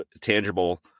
tangible